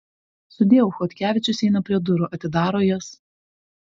sudieu chodkevičius eina prie durų atidaro jas